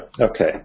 Okay